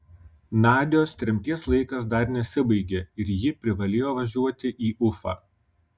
nadios tremties laikas dar nesibaigė ir ji privalėjo važiuoti į ufą